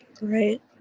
Right